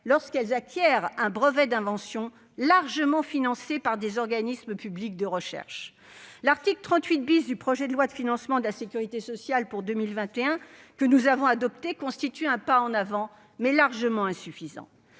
lorsqu'elles acquièrent un brevet d'invention, largement financé par des organismes publics de recherche. L'article 38 du projet de loi de financement de la sécurité sociale pour 2021, que nous avons adopté, constitue un pas en avant, mais qui est encore insuffisant.